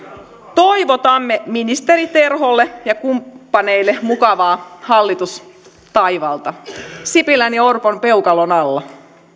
toivotamme ministeri terholle ja kumppaneille mukavaa hallitustaivalta sipilän ja orpon peukalon alla